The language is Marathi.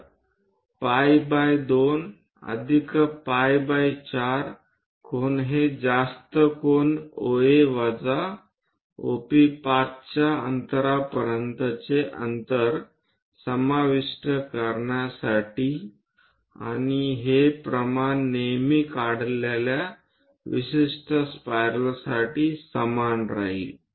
तर पाई बाय 2 अधिक पाई बाय 4 कोन हे जास्त कोन OA वजा OP5 च्या अंतरापर्यंतचे अंतर समाविष्ट करण्यासाठी आणि हे प्रमाण नेहमी काढलेल्या विशिष्ट स्पायरलसाठी समान राहील